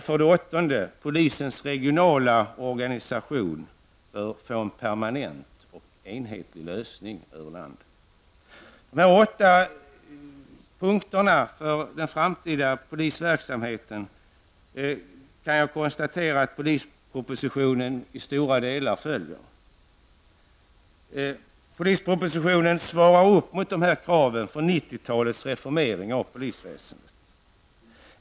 För det åttonde bör polisens regionala organisation få en permanent och enhetlig lösning över landet. Jag kan konstatera att polispropositionen till stora delar följer dessa åtta punkter för det framtida polisarbetet. Polispropositionen svarar mot dessa krav för 90-talets reformering av polisväsendet.